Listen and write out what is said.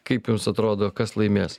kaip jums atrodo kas laimės